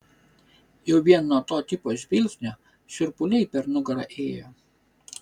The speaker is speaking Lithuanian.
jau vien nuo to tipo žvilgsnio šiurpuliai per nugarą ėjo